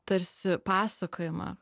tarsi pasakojimą